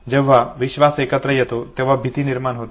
जेव्हा विश्वास एकत्र येतो तेव्हा भीती निर्माण होते